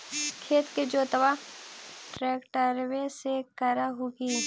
खेत के जोतबा ट्रकटर्बे से कर हू की?